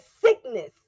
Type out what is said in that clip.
sickness